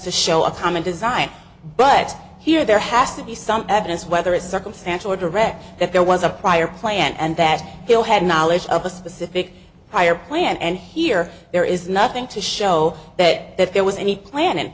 to show a common design but here there has to be some evidence whether it's circumstantial or direct that there was a prior plan and that hill had knowledge of a specific higher plan and here there is nothing to show that there was any plan in